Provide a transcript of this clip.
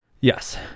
Yes